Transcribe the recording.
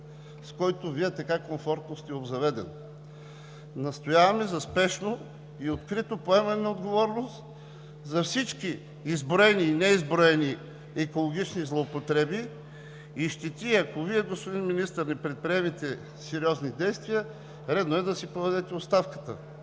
с който Вие така комфортно сте обзаведен. Настояваме за спешно и открито поемане на отговорност за всички изброени и неизброени екологични злоупотреби и щети. И ако Вие, господин Министър, не предприемете сериозни действия, редно е да си подадете оставката.